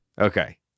Okay